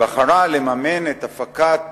בחרה לממן את הפקת